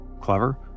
Clever